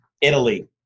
Italy